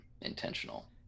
intentional